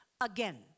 Again